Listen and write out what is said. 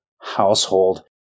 household